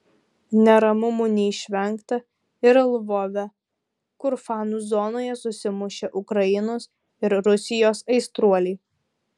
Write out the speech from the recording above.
neramumų neišvengta ir lvove kur fanų zonoje susimušė ukrainos ir rusijos aistruoliai